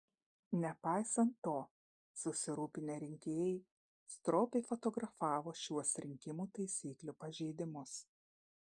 nepaisant to susirūpinę rinkėjai stropiai fotografavo šiuos rinkimų taisyklių pažeidimus